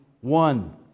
one